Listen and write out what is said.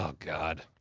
ah god.